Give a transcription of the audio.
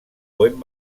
buen